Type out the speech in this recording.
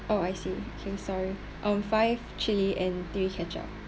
oh I see okay sorry um five chilli and three ketchup